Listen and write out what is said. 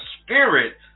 spirit